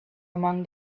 among